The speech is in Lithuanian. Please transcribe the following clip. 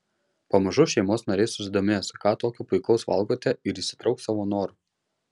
pamažu šeimos nariai susidomės ką tokio puikaus valgote ir įsitrauks savo noru